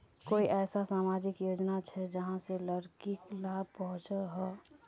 कोई ऐसा सामाजिक योजना छे जाहां से लड़किक लाभ पहुँचो हो?